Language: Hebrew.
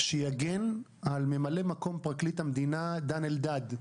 שיגן על ממלא מקום פרקליט המדינה,